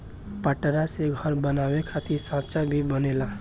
पटरा से घर बनावे खातिर सांचा भी बनेला